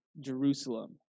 Jerusalem